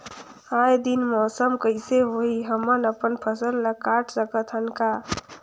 आय दिन मौसम कइसे होही, हमन अपन फसल ल काट सकत हन का?